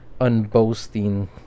unboasting